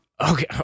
Okay